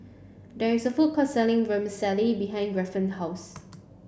there is a food court selling Vermicelli behind Grafton house